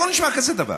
איפה נשמע כזה דבר?